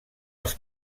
els